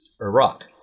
Iraq